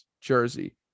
Jersey